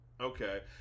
Okay